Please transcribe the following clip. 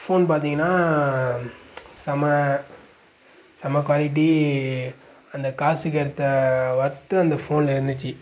phone பார்த்திங்கனா செம்ம செம்ம குவாலிட்டி அந்த காசுக்கேற்ற ஒர்த்து அந்த ஃபோனில் இருந்துச்சு